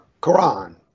Quran